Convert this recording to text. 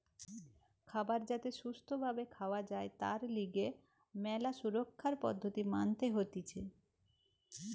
খাবার যাতে সুস্থ ভাবে খাওয়া যায় তার লিগে ম্যালা সুরক্ষার পদ্ধতি মানতে হতিছে